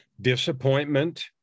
Disappointment